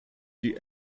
die